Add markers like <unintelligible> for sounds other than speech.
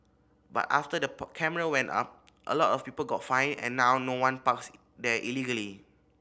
but after the <unintelligible> camera went up a lot of people got fined and now no one parks there illegally